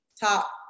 top